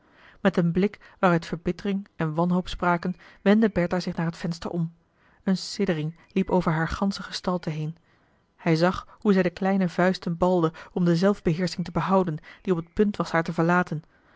met een blik waaruit verbittering en wanhoop spraken wendde bertha zich naar het venster om een siddering liep over haar gansche gestalte heen hij zag hoe zij de kleine vuisten balde om de zelfbeheersching te behouden die op het punt was haar te verlaten